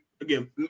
Again